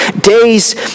Days